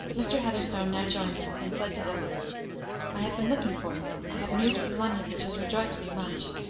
mr. heatherstone now joined them, and said to edward i have been looking for you i have news from london which has rejoiced me much.